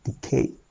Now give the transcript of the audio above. decay